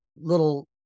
little